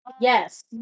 Yes